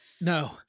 No